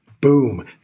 boom